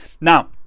Now